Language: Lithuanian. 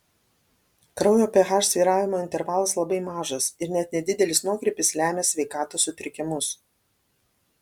kraujo ph svyravimo intervalas labai mažas ir net nedidelis nuokrypis lemia sveikatos sutrikimus